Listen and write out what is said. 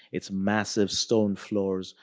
its massive stone floors,